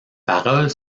paroles